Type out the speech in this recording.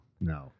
no